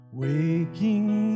waking